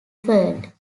world